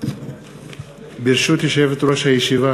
ברשות יושבת-ראש הישיבה,